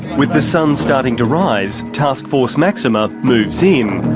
with the sun starting to rise, taskforce maxima moves in.